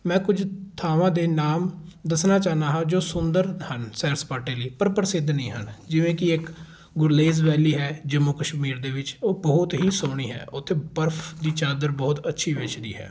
ਮੈਂ ਕੁਝ ਥਾਵਾਂ ਦੇ ਨਾਮ ਦੱਸਣਾ ਚਾਹੁੰਦਾ ਹਾਂ ਜੋ ਸੁੰਦਰ ਹਨ ਸੈਰ ਸਪਾਟੇ ਲਈ ਪਰ ਪ੍ਰਸਿੱਧ ਨਹੀਂ ਹਨ ਜਿਵੇਂ ਕਿ ਇੱਕ ਗੁਰਲੇਜ਼ ਵੈਲੀ ਹੈ ਜੰਮੂ ਕਸ਼ਮੀਰ ਦੇ ਵਿੱਚ ਉਹ ਬਹੁਤ ਹੀ ਸੋਹਣੀ ਹੈ ਉੱਥੇ ਬਰਫ ਦੀ ਚਾਦਰ ਬਹੁਤ ਅੱਛੀ ਵਿਛਦੀ ਹੈ